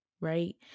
right